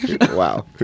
Wow